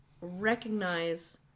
recognize